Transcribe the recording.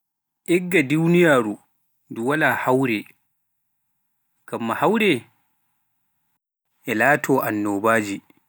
Igga duniyaaru ndu waala hawre, ngamma hawre e laato annobaaje.